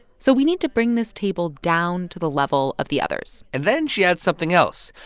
so we need to bring this table down to the level of the others and then she adds something else.